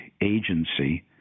agency